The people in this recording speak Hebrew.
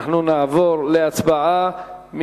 אנחנו נעבור להצבעה.